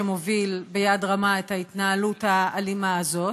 שמוביל ביד רמה את ההתנהלות האלימה הזאת,